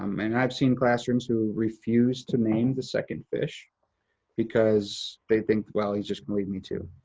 um and i've seen classrooms who refuse to name the second fish because they think, well, he's just gonna leave me, too.